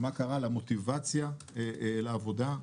מה קרה למוטיבציה לעבודה,